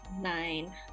Nine